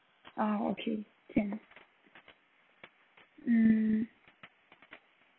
uh okay can mm